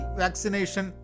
vaccination